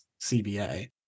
CBA